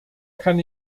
kann